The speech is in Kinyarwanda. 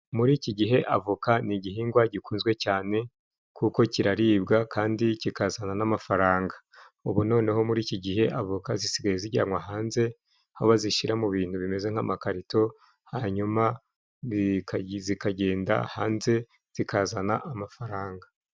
Muri iki gihe avoka ni igihingwa gikunzwe cyane kuko kiraribwa kandi kikazana n'amafaranga, ubu noneho muri iki gihe avoka zisigaye zijyanywa hanze aho hazishyira mu bintu bimeze nk'amakarito, hanyuma zikagenda hanze, zikazana amafaranga.